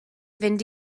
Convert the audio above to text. fynd